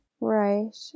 Right